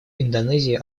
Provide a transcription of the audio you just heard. индонезии